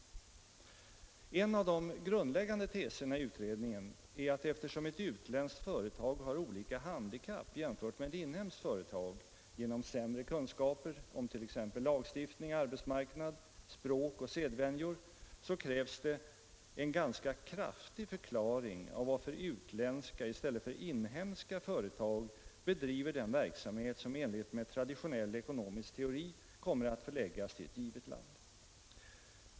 En av de grundläggande teserna i utredningen är att eftersom ett utländskt företag har olika handikapp jämfört med ett inhemskt företag genom sämre kunskaper om t.ex. lagstiftning, arbetsmarknad, språk och sedvänjor, så krävs det ”en ganska kraftig förklaring av varför utländska i stället för inhemska företag bedriver den verksamhet som i enlighet med traditionell ekonomisk teori kommer att förläggas till ett givet land”.